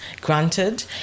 granted